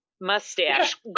mustache